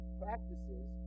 practices